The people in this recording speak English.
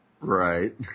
Right